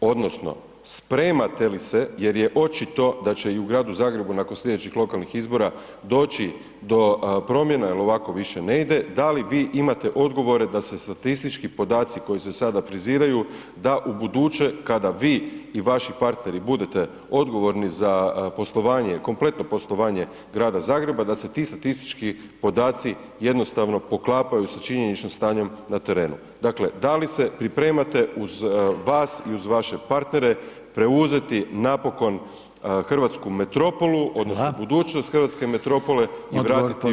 odnosno spremate li se jer je očito da će i u Gradu Zagrebu nakon slijedećih lokalnih izbora doći do promjena jel ovako više ne ide, da li vi imate odgovore da se statistički podaci koji se sada friziraju da ubuduće kada vi i vaši partneri budete odgovorni za poslovanje, kompletno poslovanje Grada Zagreba, da se ti statistički podaci jednostavno poklapaju sa činjeničnim stanjem na terenu, dakle da li se pripremate uz vas i uz vaše partnere preuzeti napokon hrvatsku metropolu [[Upadica: Hvala]] odnosno budućnost hrvatske metropole [[Upadica: Odgovor poštovanog…]] i vratiti ju u 21. stoljeće?